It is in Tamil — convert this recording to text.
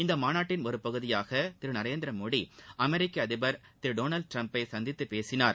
இந்த மாநட்டின் ஒரு பகுதியாக திரு நரேந்திரமோடி அமெரிக்க அதிபர் திரு டொனால்டு ட்டிரம்பை சந்தித்து பேசினார்